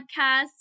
podcast